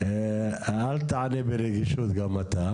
אל תענה ברגישות גם אתה,